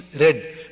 red